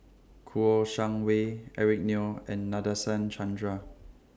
Kouo Shang Wei Eric Neo and Nadasen Chandra